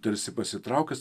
tarsi pasitraukęs